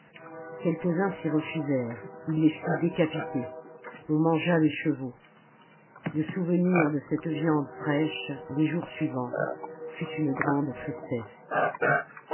quelques-uns s'y refusèrent il les fit décapiter on mangea les chevaux le souvenir de cette viande fraîche les jours suivants fut une grande tristesse